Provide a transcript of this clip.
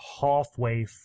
halfway